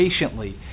patiently